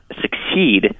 succeed